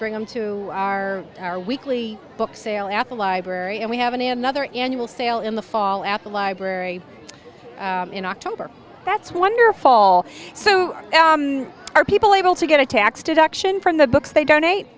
bring them to our our weekly book sale at the library and we haven't and other annual sale in the fall at the library in october that's wonderful so are people able to get a tax deduction from the books they donate